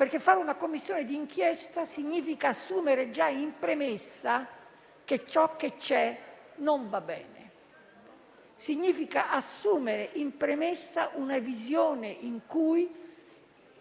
Istituire una Commissione d'inchiesta, infatti, significa assumere già in premessa che ciò che c'è non va bene; significa assumere in premessa una visione in cui